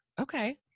Okay